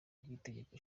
ry’itegeko